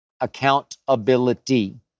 Accountability